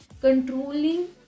controlling